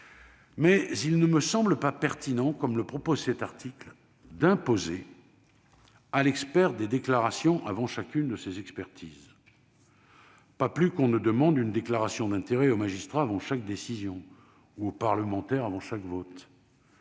Mais il ne me semble pas pertinent, comme proposé à l'article 10, d'imposer à l'expert des déclarations avant chacune de ses expertises, pas plus qu'on ne demande une déclaration d'intérêts aux magistrats avant chaque décision, ou aux parlementaires avant chaque vote.